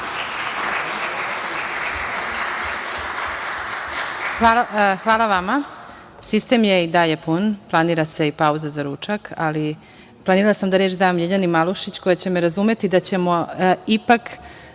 Hvala vama. Sistem je i dalje pun. Planira se i pauza za ručak. Planirala sam da reč dam Ljiljana Malušić, koja će me razumeti da ćemo ipak